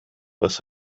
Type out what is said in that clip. was